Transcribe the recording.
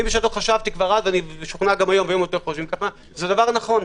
אני בשעתו חשבתי וגם כיום - זה דבר נכון.